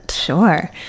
Sure